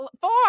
four